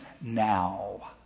now